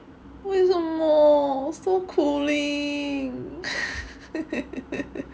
为什么 so cooling